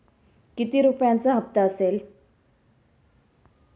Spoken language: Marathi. किती रुपयांचा हप्ता असेल?